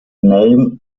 name